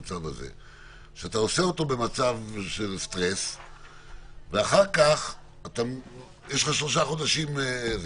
כשאתה עושה אותו במצב של סטרס ואחר כך יש חל 3 חודשים.